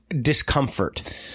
discomfort